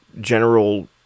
general